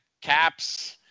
Caps